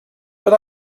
but